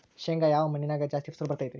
ಶೇಂಗಾ ಯಾವ ಮಣ್ಣಿನ್ಯಾಗ ಜಾಸ್ತಿ ಫಸಲು ಬರತೈತ್ರಿ?